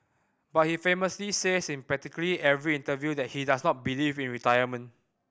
but he famously says in practically every interview that he does not believe in retirement